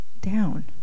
down